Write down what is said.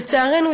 לצערנו,